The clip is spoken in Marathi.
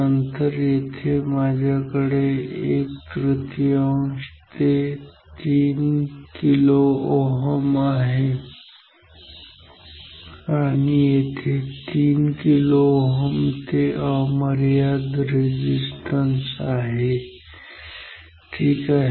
नंतर येथे माझ्याकडे एक तृतीयांश ते तीन kΩ आहे आणि येथे तीन kΩ ते अमर्याद रेझिस्टन्स आहे ठीक आहे